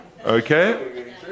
okay